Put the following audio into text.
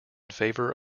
favour